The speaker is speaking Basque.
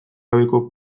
gabeko